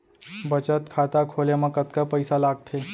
बचत खाता खोले मा कतका पइसा लागथे?